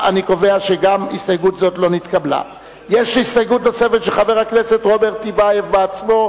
ההסתייגות של חברי הכנסת רוברט טיבייב ויוחנן